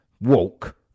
walk